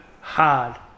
hard